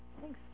Thanks